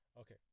Okay